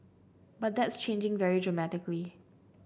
but that's changing very dramatically